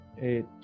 eight